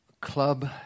club